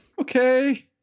Okay